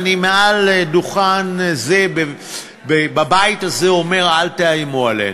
ואני מעל דוכן זה בבית הזה אומר: אל תאיימו עלינו.